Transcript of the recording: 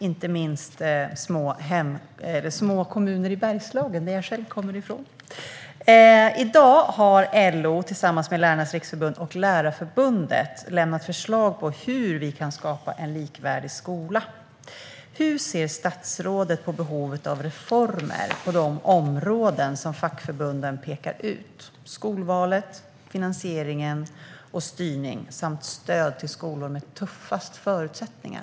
Inte minst handlar det om små kommuner i Bergslagen, som jag själv kommer ifrån. I dag har LO tillsammans med Lärarnas riksförbund och Lärarförbundet lämnat förslag på hur vi kan skapa en likvärdig skola. Hur ser statsrådet på behovet av reformer på de områden som fackförbunden pekar ut: skolvalet, finansiering och styrning samt stöd till de skolor som har de tuffaste förutsättningarna?